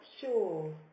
sure